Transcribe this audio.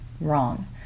Wrong